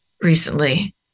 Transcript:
recently